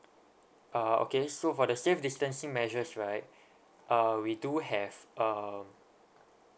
uh okay so for the safe distancing measures right uh we do have um